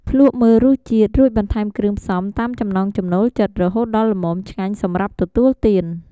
ភ្លក្សមើលរសជាតិ រួចបន្ថែមគ្រឿងផ្សំតាមចំណង់ចំណូលចិត្ត រហូតដល់ល្មមឆ្ងាញ់សម្រាប់ទទួលទាន។